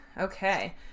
Okay